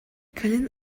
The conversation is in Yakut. кэлин